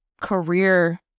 career